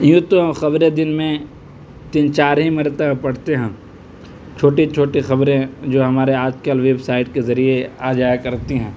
یوں تو ہم خبریں دن میں تین چار ہی مرتبہ پڑھتے ہیں چھوٹی چھوٹی خبریں جو ہمارے آج کل ویب سائٹ کے ذریعے آ جایا کرتی ہیں